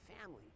family